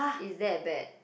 is that bad